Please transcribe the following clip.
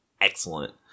excellent